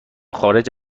خارج